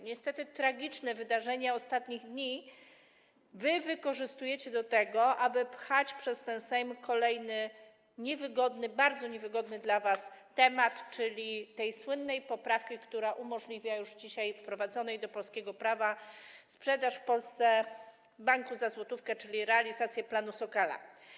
Niestety tragiczne wydarzenie ostatnich dni wy wykorzystujecie do tego, aby pchać przez ten Sejm kolejny niewygodny, bardzo niewygodny dla was, temat, czyli kwestię tej słynnej poprawki, już dzisiaj wprowadzonej do polskiego prawa, która umożliwia sprzedaż w Polsce banku za złotówkę, czyli realizację planu Sokala.